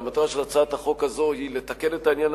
והמטרה של הצעת החוק הזאת היא לתקן את העניין